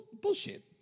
bullshit